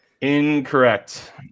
Incorrect